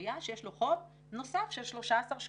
מהעירייה שיש לו חוב נוסף של 13 שקלים.